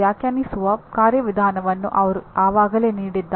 ಈಗ ಸ್ವಲ್ಪ ಹೆಚ್ಚು ನಿರ್ದಿಷ್ಟವಾಗಿ ಮೊದಲನೆಯ ಪಾಠಕ್ಕೆ ಬರೋಣ